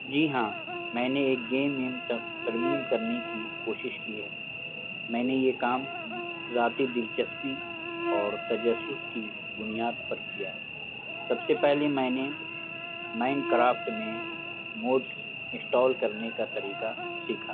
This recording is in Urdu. جی ہاں میں نے ایک گیم میں ترمیم کرنے کی کوشش کی ہے میں نے یہ کام ذاتی دلچسپی اور تجسس کی بنیاد پر کیا سب سے پہلے میں نے مائن کرافٹ میں موڈس انسٹال کرنے کا طریقہ سیکھا